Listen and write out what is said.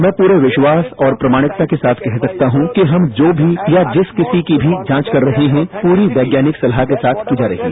मैं पूरे विश्वास और प्रामाणिकता के साथ कह सकता हूं कि हम जो कोई भी या जिस किसी पर भी जांच कर रहे हैं पूरी वैज्ञानिक सलाह के साथ की जा रही है